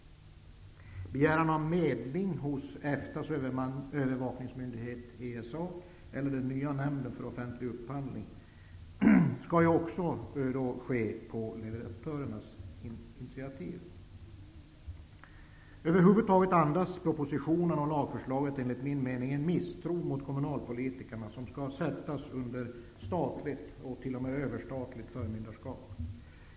Begäran om medling hos EFTA:s övervakningsmyndighet ESA eller den nya nämnden för offentlig upphandling skall också ske på leverantörernas initiativ. Propositionen och lagförslaget andas över huvud taget en misstro mot kommunalpolitikerna, som skall sättas under statligt, eller t.o.m. överstatligt, förmyndarskap.